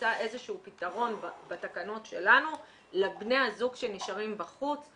נמצא איזשהו פתרון בתקנות שלנו לבני הזוג שנשארים בחוץ.